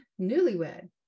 newlywed